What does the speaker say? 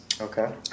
Okay